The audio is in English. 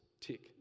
tick